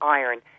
iron